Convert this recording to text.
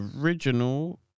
original